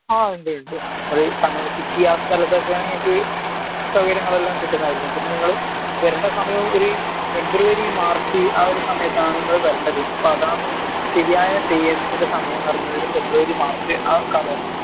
ആ ഉണ്ട് ഉണ്ട് അത് കണ്ണൂർ സിറ്റി ആ സ്ഥലത്തൊക്കെ ആണ് നിങ്ങൾക്ക് സൗകര്യങ്ങളെല്ലാം കിട്ടുന്നതായിരിക്കും പിന്നെ നിങ്ങൾ വരേണ്ട സമയം ഒരു ഫെബ്രുവരി മാർച്ച് ആ ഒരു സമയത്താണ് നിങ്ങൾ വരേണ്ടത് അപ്പോൾ അതാണ് ശരിയായ തെയ്യത്തിൻ്റെ സമയം എന്ന് പറയുന്നത് ഒരു ഫെബ്രുവരി മാർച്ച് ആ ആ കാലത്താണ്